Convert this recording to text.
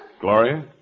Gloria